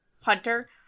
Hunter